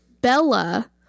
Bella